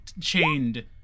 chained